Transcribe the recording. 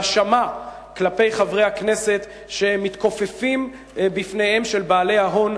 האשמה כלפי חברי הכנסת שמתכופפים בפניהם של בעלי ההון